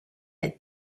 had